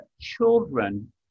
children